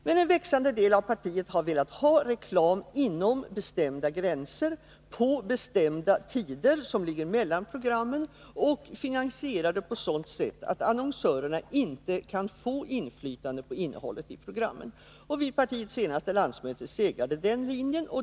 Men en växande del av partiet har velat ha reklam inom bestämda gränser och på bestämda tider, som ligger mellan programmen, och finansierad på så sätt att annonsörerna inte kan få inflytande på innehållet i programmen. Vid partiets senaste landsmöte segrade denna linje.